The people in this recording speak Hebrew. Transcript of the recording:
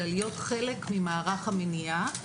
אלא להיות חלק ממערך המניעה.